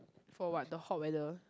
for what the hot weather